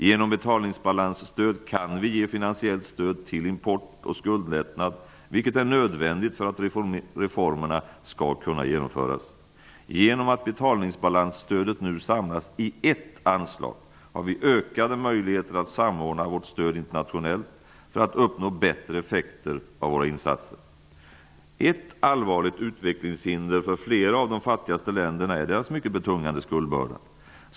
Genom betalningsbalansstöd kan vi ge finansiellt stöd till import och skuldlättnad, vilket är nödvändigt för att reformerna skall kunna genomföras. Genom att betalningsbalansstödet nu samlas i ett anslag har vi ökade möjligheter att samordna vårt stöd internationellt för att uppnå bättre effekter av våra insatser. Ett allvarligt utvecklingshinder för flera av de fattigaste länderna är deras mycket betungande skuldbörda.